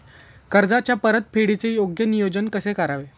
कर्जाच्या परतफेडीचे योग्य नियोजन कसे करावे?